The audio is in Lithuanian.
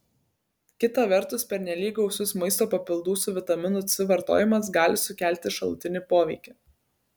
kita vertus pernelyg gausus maisto papildų su vitaminu c vartojimas gali sukelti šalutinį poveikį